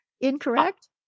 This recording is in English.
incorrect